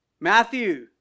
Matthew